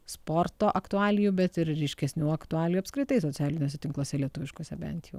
sporto aktualijų bet ir ryškesnių aktualijų apskritai socialiniuose tinkluose lietuviškuose bent jau